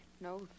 No